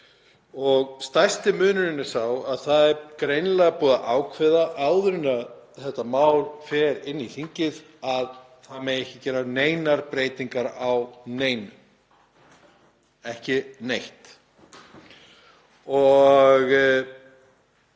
Stærsti munurinn er sá, að það er greinilega búið að ákveða áður en þetta mál fer inn í þingið að það megi ekki gera neinar breytingar á neinu — ekki neitt. Það